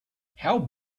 how